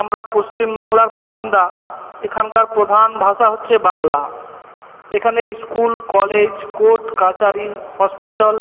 আমরা পশ্চিমবাংলার বাসিন্দা এখানকার প্রধান ভাষা হচ্ছে বাংলা এখানে স্কুল কলেজ কোর্ট কাচারি হসপিটাল